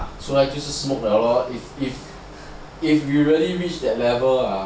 所以出来就是 smoke liao lor if you really reach that level ah